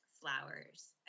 flowers